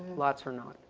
lots are not.